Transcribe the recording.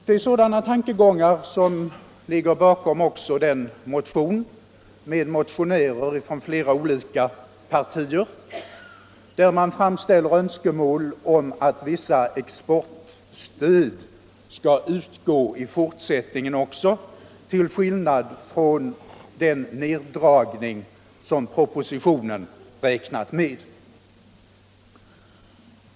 Det är sådana tankegångar som ligger bakom också den motion, med motionärer från flera olika partier, där man framställer önskemål om att vissa exportstöd skall utgå också i fortsättningen, till skillnad från den neddragning som har förutsatts i propositionen.